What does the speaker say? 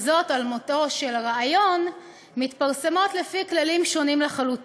וכל אחד עשוי להכריז על מותו של רעיון כזה או אחר.